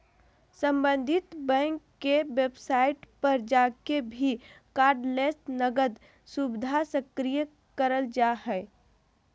सम्बंधित बैंक के वेबसाइट पर जाके भी कार्डलेस नकद सुविधा सक्रिय करल जा हय